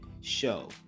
show